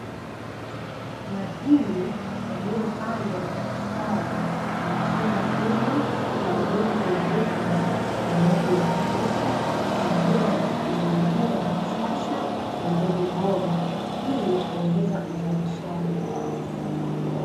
Mahindi yaliyopandwa na kusitawi kwenye shamba kubwa la udongo wa rutuba na maji ya kutosha kwa njia ya teknolojia ya kisasa, na mbegu bora ili kuongeza uzalishaji.